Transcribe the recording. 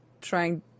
trying